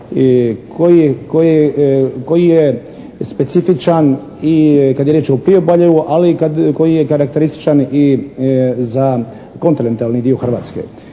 koji je specifičan i kad je riječ o priobalju, ali i kad, koji je karakterističan i za kontinentalni dio Hrvatske.